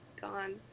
gone